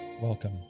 Welcome